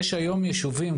יש היום יישובים,